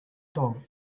dog